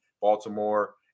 Baltimore